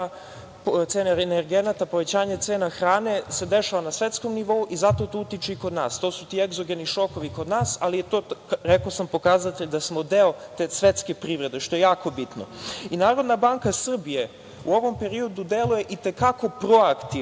cene energenata, povećanje cena hrane se dešava na svetskom nivou i zato to utiče i kod nas, to su ti egzogeni šokovi kod nas, ali to je, rekao sam, pokazatelj da smo deo te svetske privrede što je jako bitno. Narodna banka Srbije u ovom periodu deluje i te kako proaktivno